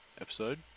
episode